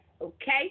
Okay